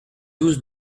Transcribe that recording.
douze